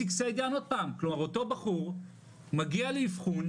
עוד פעם אותו בחור מגיע לאבחון,